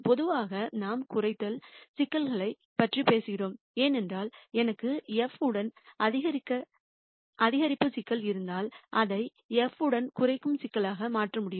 பொதுவாக நாம் குறைத்தல் சிக்கல்களைப் பற்றிப் பேசுகிறோம் ஏனென்றால் எனக்கு f உடன் அதிகரிப்பு சிக்கல் இருந்தால் அதை f உடன் குறைக்கும் சிக்கலாக மாற்ற முடியும்